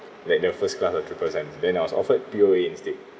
like the first class of triple science then I was offered P_O_A instead